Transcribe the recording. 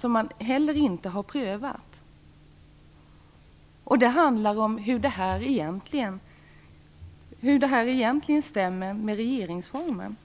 som man inte har prövat. Det handlar om hur förslaget egentligen stämmer med regeringsformen.